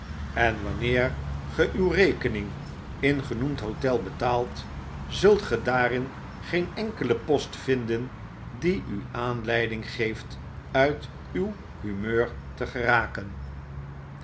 en wanneer ge uw rekening in genoemd hotel betaalt zult gy daaringeenenkelepostvinden die u aanleiding geeft uit uw humeur te geraken